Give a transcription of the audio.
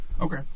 Okay